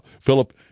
Philip